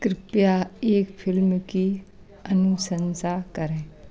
कृपया एक फ़िल्म की अनुशंसा करें